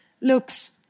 looks